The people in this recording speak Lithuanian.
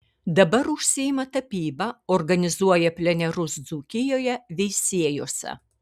dabar užsiima tapyba organizuoja plenerus dzūkijoje veisiejuose